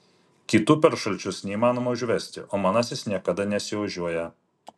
kitų per šalčius neįmanoma užvesti o manasis niekada nesiožiuoja